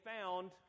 found